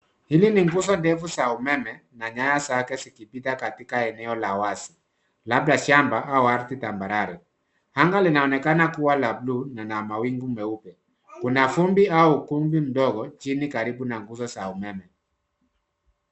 Hili ni nguzo ndefu za umeme na nyaya zake zikipita katika eneo la wazi, labda shamba au ardhi tambarare. Anga linaonekana kuwa la buluu, lina mawingu meupe. Kuna vumbi au ukumbi mdogo chini karibu na nguzo za umeme.